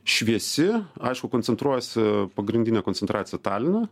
šviesi aišku koncentruojasi pagrindinė koncentracija taline